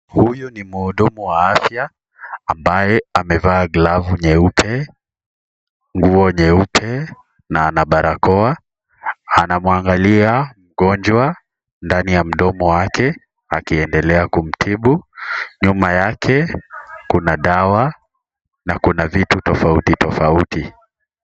Huyu ni mhudumu wa afya ambaye amevaa glavu nyeupe, nguo nyeupe na ana barakoa. Anamwangalia mgonjwa ndani ya mdomo wake akiendelea kumtibu. Nyuma yake kuna dawa na kuna vitu tofautitofauti.